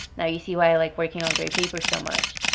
now you see why i like working on grey paper so much.